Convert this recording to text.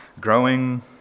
growing